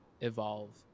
evolve